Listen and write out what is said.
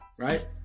right